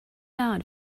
out